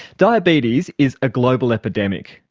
diabetes is a global epidemic.